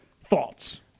Thoughts